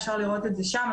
אפשר לראות את זה שם.